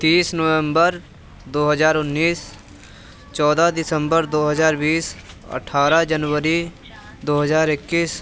तीस नवम्बर दो हज़ार उन्नीस चौदह दिसम्बर दो हज़ार बीस अठारह जनवरी दो हज़ार इक्कीस